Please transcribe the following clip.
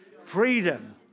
freedom